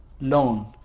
loan